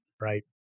right